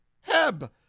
Heb